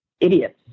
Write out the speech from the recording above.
idiots